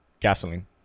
gasoline